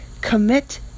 commit